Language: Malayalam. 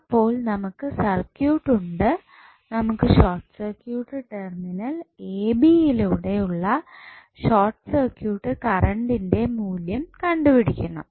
അപ്പോൾ നമുക്ക് സർക്യൂട്ട് ഉണ്ട് നമുക്ക് short circuit terminal A B യിലൂടെ ഉള്ള ഷോർട്ട് സർക്യൂട്ട് കറൻറ്ന്റെ മൂല്യം കണ്ടുപിടിക്കണം